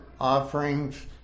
offerings